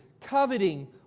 coveting